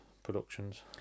productions